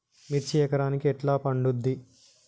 మిర్చి ఎకరానికి ఎట్లా పండుద్ధి?